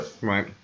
Right